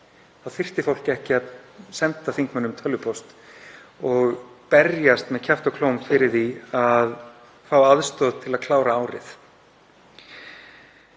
Þá þyrfti fólk ekki að senda þingmönnum tölvupóst og berjast með kjafti og klóm fyrir því að fá aðstoð til að klára árið.